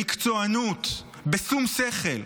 במקצוענות, בשום שכל.